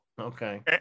Okay